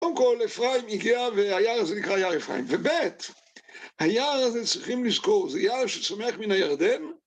קודם כל, אפרים הגיע, והיער הזה נקרא יער אפרים, וב׳ היער הזה צריכים לזכור, זה יער שצומח מן הירדן